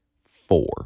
four